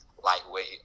lightweight